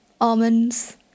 almonds